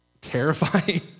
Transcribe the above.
terrifying